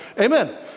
amen